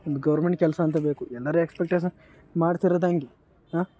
ಒಂದು ಗೌರ್ಮೆಂಟ್ ಕೆಲಸ ಅಂತ ಬೇಕು ಎಲ್ಲರೂ ಎಕ್ಸ್ಪೆಕ್ಟೇಶನ್ ಮಾಡ್ತಿರೋದೆ ಹಂಗೆ ಹಾಂ